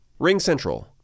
RingCentral